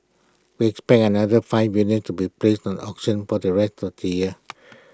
we expect another five units to be placed an auction for the rest of the year